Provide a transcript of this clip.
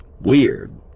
weird